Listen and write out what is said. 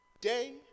day